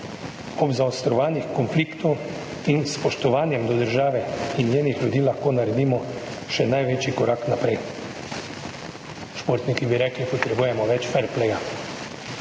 ob zaostrovanju konfliktov, in spoštovanjem države in njenih ljudi lahko naredimo še največji korak naprej. Športniki bi rekli, potrebujemo več fair playa.